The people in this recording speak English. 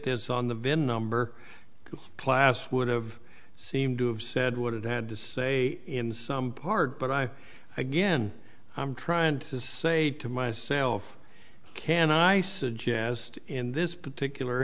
this on the vin number because class would have seemed to have said what it had to say in some part but i again i'm trying to say to myself can i suggest in this particular